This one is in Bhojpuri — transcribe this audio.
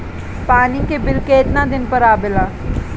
पानी के बिल केतना दिन पर आबे ला?